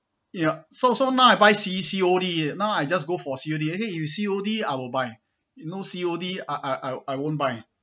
ya so so now I buy C C_O_D now I just go for C_O_D okay if C_O_D I'll buy no C_O_D I I I I won't buy